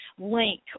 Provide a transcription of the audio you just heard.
link